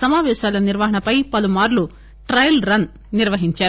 సమాపేశాల నిర్వహణపై పలుమార్లు trial run నిర్వహించారు